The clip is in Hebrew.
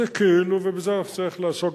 אז זה כאילו, ובזה אנחנו נצטרך לעסוק.